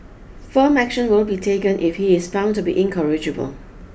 firm action will be taken if he is found to be incorrigible